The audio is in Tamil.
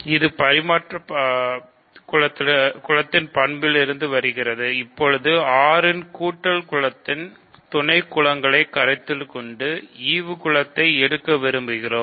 இப்போது R இன் கூட்டல் குலத்தின் துணைக் குலங்களைக் கருத்தில் கொண்டு ஈவு குலத்தை எடுக்க விரும்புகிறோம்